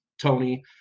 Tony